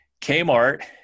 Kmart